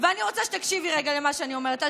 ואני רוצה שתקשיבי רגע למה שאני אומרת.